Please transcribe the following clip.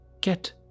get